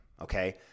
Okay